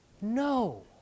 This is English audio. No